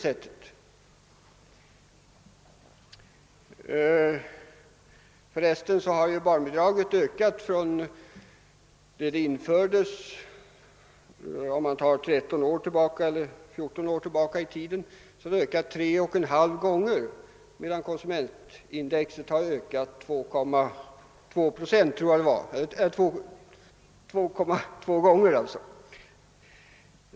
För övrigt kan nämnas att barnbidraget sedan det infördes — om man går 13 eller 14 år tillbaka i tiden — har blivit tre och en halv gånger större medan konsumentprisindex under samma tid bara något mer än fördubblats.